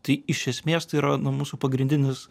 tai iš esmės tai yra nu mūsų pagrindinis